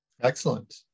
excellent